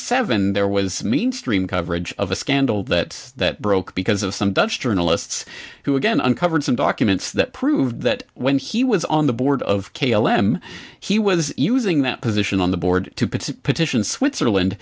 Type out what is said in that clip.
seven there was mainstream coverage of a scandal that that broke because of some dutch journalists who again uncovered some documents that proved that when he was on the board of k l m he was using that and on the board puts a petition switzerland